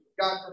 God